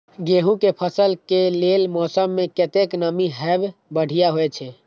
गेंहू के फसल के लेल मौसम में कतेक नमी हैब बढ़िया होए छै?